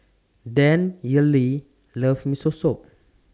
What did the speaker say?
Danyelle loves Miso Soup